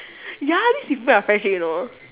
ya this improve our friendship you know